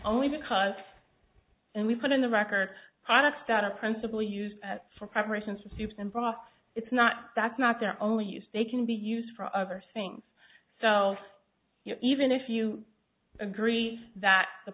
only because and we put in the record products that our principal use for preparations for soups and broth it's not that's not their only use they can be used for other things so even if you agree that the